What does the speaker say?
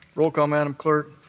roll call, madam clerk.